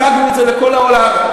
הצגנו את זה לכל העולם.